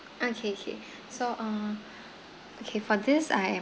okay okay so uh okay for this I am